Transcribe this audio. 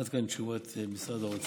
עד כאן תשובת משרד האוצר.